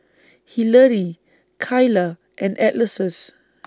Hilary Kylah and Alexus